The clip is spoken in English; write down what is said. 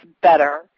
better